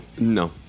No